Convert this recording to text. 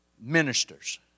Ministers